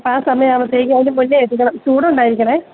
ആ സമയം ആകുമ്പോഴത്തേക്കും അതിനു മുന്നേ എത്തിക്കണം ചൂടുണ്ടായിരിക്കണേ